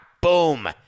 boom